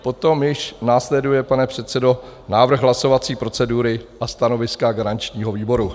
Potom již následuje, pane předsedo, návrh hlasovací procedury a stanoviska garančního výboru.